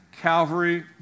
Calvary